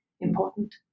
important